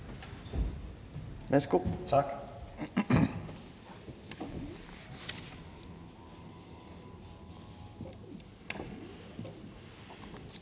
Værsgo. Kl.